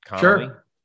Sure